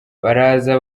baraza